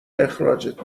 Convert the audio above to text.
اخراجت